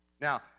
Now